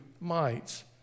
mites